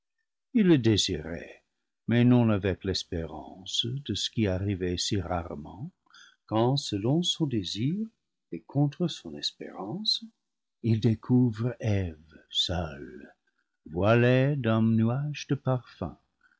il le désirait mais non avec l'espérance de ce qui arrivait si rarement quand selon son désir et contre son espérance il découvre eve seule voilée d'un nuage de parfums